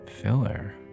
filler